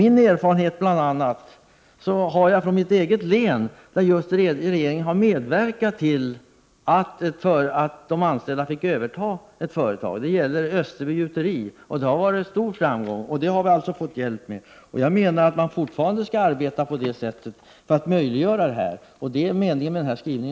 I mitt eget län har regeringen just medverkat till att de anställda fått överta ett företag. Det gällde Österby Gjuteri. Det har blivit en stor framgång, och det har vi i länet alltså fått hjälp med. Jag menar att man skall fortsätta att arbeta på det sättet, för att möjliggöra ett sådant inflytande. Det är också meningen med utskottets skrivning.